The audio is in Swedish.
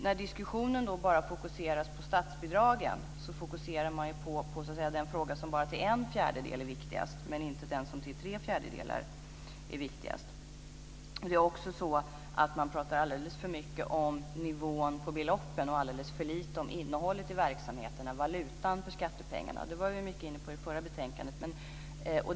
När diskussionen då bara fokuseras på statsbidragen är det den fråga som till bara en fjärdedel är viktigast som fokuseras, men inte den fråga som till tre fjärdedelar är viktigast. Man pratar också alldeles för mycket om nivån på beloppen och alldeles för lite om innehållet i verksamheterna, valutan för skattepengarna. Vi var mycket inne på det i det förra betänkandet.